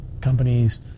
companies